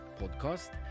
Podcast